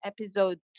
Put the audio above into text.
episode